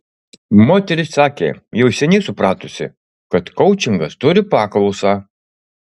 moteris sakė jau seniai supratusi kad koučingas turi paklausą